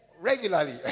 regularly